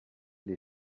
les